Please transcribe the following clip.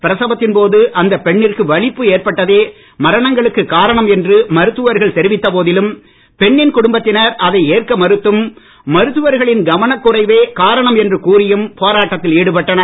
பிரசவத்தின் போது அந்தப் பெண்ணிற்கு வலிப்பு ஏற்பட்டதே மரணங்களுக்குக் காரணம் என்று மருத்துவர்கள் தெரிவித்த போதிலும் பெண்ணின் குடும்பத்தினர் அதை ஏற்க மறுத்தும் மருத்துவர்களின் கவனக் குறைவே காரணம் என்று கூறியும் போராட்டத்தில் ஈடுபட்டனர்